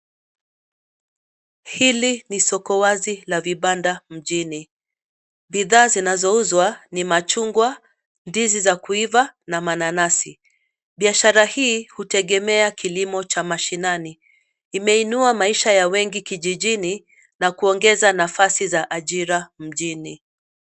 Hili ni soko wazi la vibanda mjini, bidhaa zinazouzwa na machungwa, ndizi za kuiva, na mananasi, biashara hii hutegemea kilimo cha mashinani, imeinua maisha ya wengi kijijini, na kuongeza nafasi za ajira mjini.